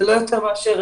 זה לא יותר משעה-שעתיים.